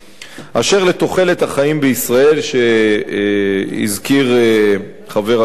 אשר לתוחלת החיים בישראל, שהזכיר חבר הכנסת,